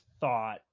thought